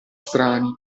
strani